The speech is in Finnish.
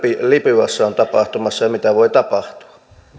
libyassa on tapahtumassa ja mitä voi tapahtua